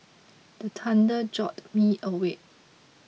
the thunder jolt me awake